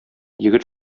егет